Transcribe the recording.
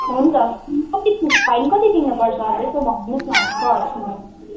हुन्छ कति ती फाइन कति तिर्न पर्छ यसो भनिदिनु होस् न सर